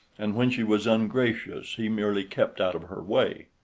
and when she was ungracious he merely kept out of her way.